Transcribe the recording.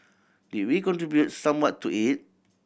did we contribute somewhat to it